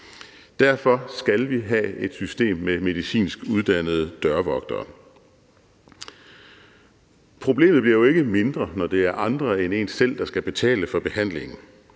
Derfor skal vi have et system med medicinsk uddannede dørvogtere. Problemet bliver jo ikke mindre, når det er andre end en selv, der skal betale for behandlingen.